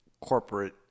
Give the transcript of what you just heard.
corporate